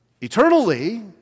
eternally